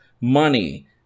money